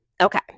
okay